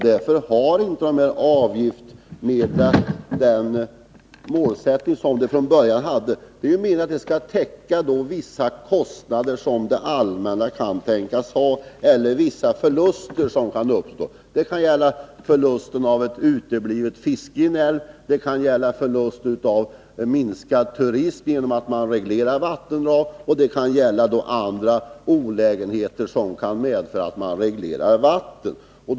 Därför har man inte genom avgifterna nått de mål som man från början hade. Meningen var att avgifterna skulle täcka vissa kostnader som det allmänna kunde tänkas ha eller vissa förluster som kunde uppstå, t.ex. genom uteblivet fiske eller genom minskad turism och andra olägenheter på grund av reglering av vattendrag.